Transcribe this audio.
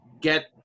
get